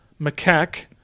macaque